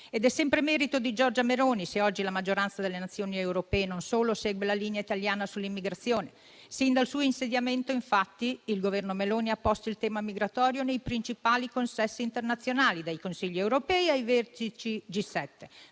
È sempre merito di Giorgia Meloni se oggi la maggioranza delle Nazioni europee segue la linea italiana sull'immigrazione. Sin dal suo insediamento, infatti, il Governo Meloni ha posto il tema migratorio nei principali consessi internazionali, dai Consigli europei ai vertici G7,